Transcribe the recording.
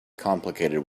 complicated